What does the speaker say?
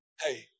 hey